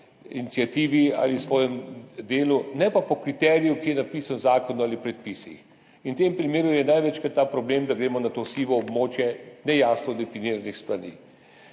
iniciativi ali svojem delu, ne pa po kriteriju, ki je napisan v zakonu ali predpisih. In v tem primeru je največkrat ta problem, da gremo na to sivo območje nejasno definiranih stvari.